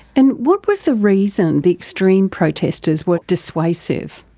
and what was the reason the extreme protesters were dissuasive?